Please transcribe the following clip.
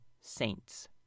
saints